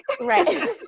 Right